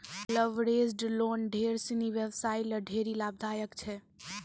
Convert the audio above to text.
leveraged loan ढेर सिनी व्यवसायी ल ढेरी लाभदायक छै